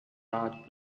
large